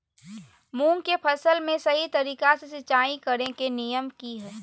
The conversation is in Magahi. मूंग के फसल में सही तरीका से सिंचाई करें के नियम की हय?